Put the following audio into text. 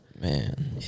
Man